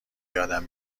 یادم